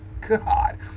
God